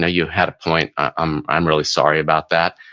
ah you had a point, i'm i'm really sorry about that.